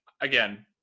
again